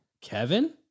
Kevin